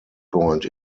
point